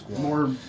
more